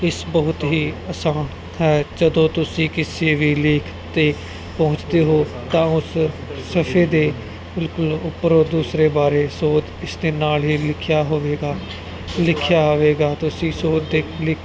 ਇਸ ਬਹੁਤ ਹੀ ਅਸਾਂ ਹੈ ਜਦੋਂ ਤੁਸੀਂ ਕਿਸੇ ਵੀ ਲੇਖ ਤੇ ਪਹੁੰਚਦੇ ਹੋ ਤਾਂ ਉਸ ਸਫੇ ਦੇ ਬਿਲਕੁਲ ਉੱਪਰੋ ਦੂਸਰੇ ਬਾਰੇ ਸੋਧ ਇਸਦੇ ਨਾਲ ਹੀ ਲਿਖਿਆ ਹੋਵੇਗਾ ਲਿਖਿਆ ਹੋਵੇਗਾ ਤੁਸੀਂ ਸੋਧ ਦੇ ਕਲਿਕ